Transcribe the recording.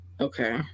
Okay